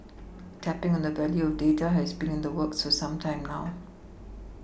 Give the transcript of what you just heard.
tapPing on the value of data has been in the works for some time now